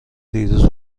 دیروز